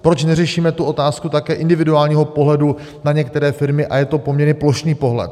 Proč neřešíme tu otázku také individuálního pohledu na některé firmy a je to poměrně plošný pohled.